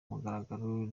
mugaragaro